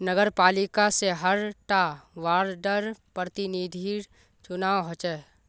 नगरपालिका से हर टा वार्डर प्रतिनिधिर चुनाव होचे